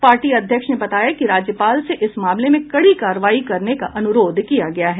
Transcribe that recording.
party अध्यक्ष ने बताया कि राज्यपाल से इस मामले में कड़ी कार्रवाई करने का अनुरोध किया गया है